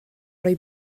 roi